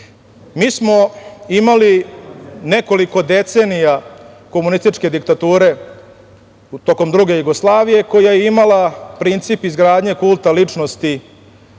Mi smo imali nekoliko decenija komunističke diktature tokom druge Jugoslavije, koja je imala princip izgradnje kulta ličnosti